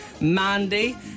Mandy